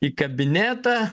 į kabinetą